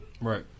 Right